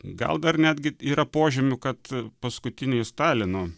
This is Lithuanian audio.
gal dar netgi yra požymių kad paskutiniais stalino